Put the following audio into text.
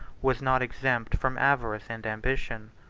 was not exempt from avarice and ambition.